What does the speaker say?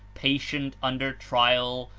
patient under trial,